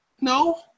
No